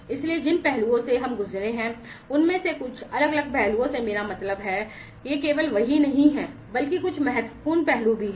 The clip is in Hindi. इसलिए जिन पहलुओं से हम गुजरे हैं उनमें से कुछ अलग अलग पहलुओं से मेरा मतलब है कि ये केवल वही नहीं हैं बल्कि कुछ महत्वपूर्ण पहलू भी हैं